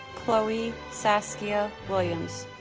chloe saskia williams